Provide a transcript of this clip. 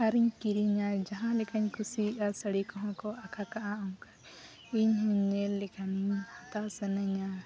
ᱟᱨᱤᱧ ᱠᱤᱨᱤᱧᱟ ᱡᱟᱦᱟᱸ ᱞᱮᱠᱟᱧ ᱠᱩᱥᱤᱭᱟᱜᱼᱟ ᱥᱟᱹᱲᱤ ᱠᱚᱦᱚᱸ ᱠᱚ ᱟᱠᱟ ᱠᱟᱜᱼᱟ ᱤᱧ ᱧᱮᱞ ᱞᱮᱠᱷᱟᱱ ᱦᱟᱛᱟᱣ ᱥᱟᱱᱟᱧᱟ